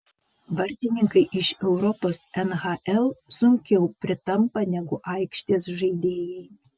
vartininkai iš europos nhl sunkiau pritampa negu aikštės žaidėjai